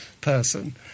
person